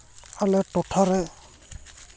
ᱟᱞᱮ ᱴᱚᱴᱷᱟᱨᱮ